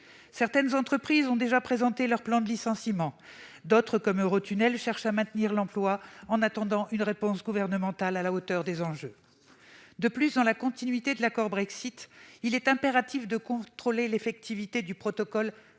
Certaines entreprises ont déjà présenté leur plan de licenciements ; d'autres, comme Eurotunnel, cherchent à maintenir l'emploi en attendant une réponse gouvernementale à la hauteur des enjeux. De plus, dans la continuité de l'accord Brexit, il est impératif de contrôler l'effectivité du protocole